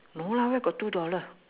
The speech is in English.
no lah where got two dollar